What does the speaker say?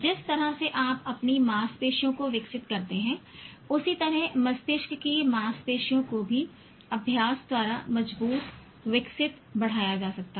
जिस तरह से आप अपनी मांसपेशियों को विकसित करते हैं उसी तरह मस्तिष्क की मांसपेशियों को भी अभ्यास द्वारा मजबूत विकसित बढ़ाया जा सकता है